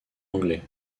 anglais